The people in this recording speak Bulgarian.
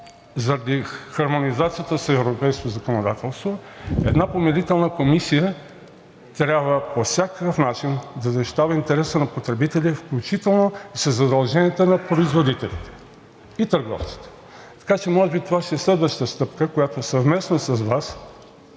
заради хармонизацията с европейското законодателство една помирителна комисия трябва по всякакъв начин да защитава интереса на потребителя, включително със задълженията на производителите и търговците. Така че може би това ще е следващата стъпка, която съвместно с Вас